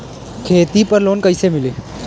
खेती पर लोन कईसे मिली?